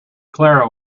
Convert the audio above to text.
clara